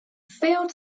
field